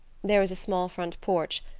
there was a small front porch,